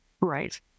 Right